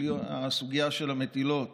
הסוגיה של המטילות